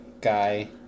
guy